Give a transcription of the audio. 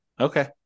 Okay